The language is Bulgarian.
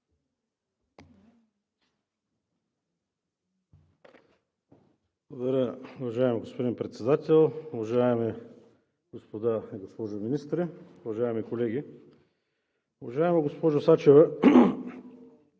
Благодаря, уважаеми господин Председател. Уважаеми госпожо и господа министри, уважаеми колеги! Уважаема госпожо Сачева,